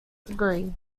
degree